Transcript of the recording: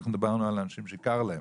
שאנחנו דיברנו על האנשים שקר להם,